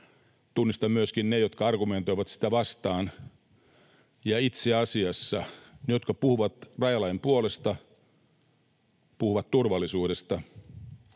tunnustan myöskin ne, jotka argumentoivat sitä vastaan. Itse asiassa ne, jotka puhuvat rajalain puolesta, puhuvat turvallisuudesta,